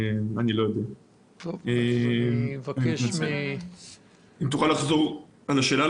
תוכל לחזור על השאלה?